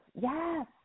Yes